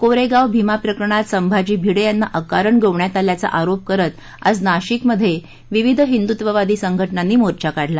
कोरेगाव भीमा प्रकरणात संभाजी भिडे यांना अकारण गोवण्यात आल्याचा आरोप करीत आज नाशिकमध्ये विविध हिंदुत्ववादी संघटनांनी मोर्चा काढला